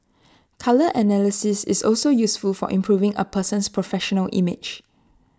colour analysis is also useful for improving A person's professional image